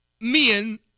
men